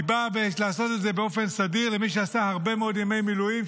היא באה לעשות את זה באופן סדיר למי שעשה הרבה מאוד ימי מילואים,